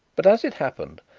but, as it happened,